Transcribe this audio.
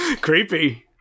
Creepy